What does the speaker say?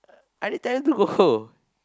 I already tell him to go